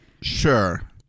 Sure